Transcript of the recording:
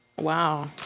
Wow